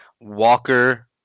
Walker